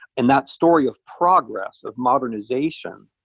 and that story of progress, of modernization,